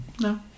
No